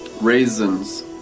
raisins